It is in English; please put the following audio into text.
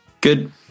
Good